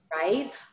Right